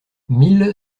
mille